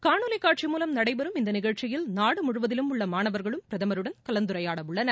காணொலி காட்சி மூலம் நடைபெறும் இந்த நிகழ்ச்சியில் நாடு முழுவதிலும் உள்ள மாணவர்களும் பிரதமருடன் கலந்துரையாடவுள்ளனர்